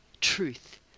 truth